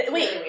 Wait